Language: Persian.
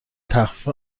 تخفیف